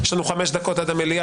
ויש לי מחלוקת פרשנית עם בית המשפט.